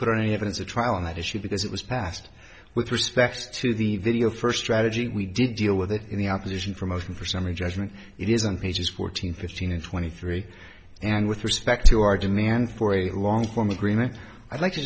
put any evidence or trial on that issue because it was passed with respect to the video first strategy we did deal with it in the opposition for motion for summary judgment it isn't pages fourteen fifteen and twenty three and with respect to our demand for a long form agreement i'd like to